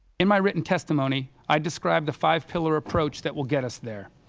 in my written testimony, i described the five pillar approach that will get us there.